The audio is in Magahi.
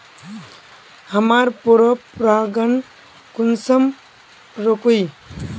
हमार पोरपरागण कुंसम रोकीई?